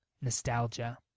Nostalgia